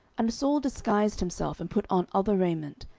and saul disguised himself, and put on other raiment,